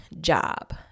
job